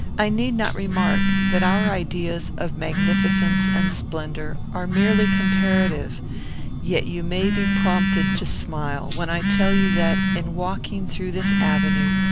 i need not remark that our ideas of magnificence and splendour are merely comparative yet you may be prompted to smile when i tell you that, in walking through this avenue,